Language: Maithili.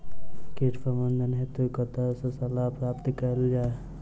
कीट प्रबंधन हेतु कतह सऽ सलाह प्राप्त कैल जाय?